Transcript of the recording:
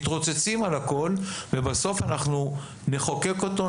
מתרוצצים על הכול ובסוף אנחנו נחוקק אותו,